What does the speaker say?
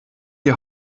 die